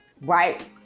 right